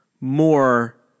more